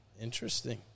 interesting